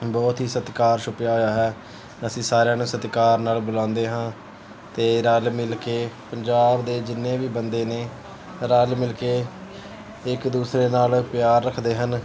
ਬਹੁਤ ਹੀ ਸਤਿਕਾਰ ਛੁਪਿਆ ਹੋਇਆ ਹੈ ਅਸੀਂ ਸਾਰਿਆਂ ਨੂੰ ਸਤਿਕਾਰ ਨਾਲ ਬੁਲਾਉਂਦੇ ਹਾਂ ਅਤੇ ਰਲ ਮਿਲ ਕੇ ਪੰਜਾਬ ਦੇ ਜਿੰਨੇ ਵੀ ਬੰਦੇ ਨੇ ਰਲ ਮਿਲ ਕੇ ਇੱਕ ਦੂਸਰੇ ਨਾਲ ਪਿਆਰ ਰੱਖਦੇ ਹਨ